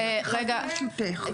ברשותך.